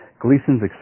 Gleason's